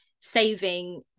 Saving